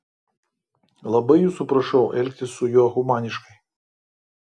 labai jūsų prašau elgtis su juo humaniškai